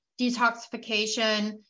detoxification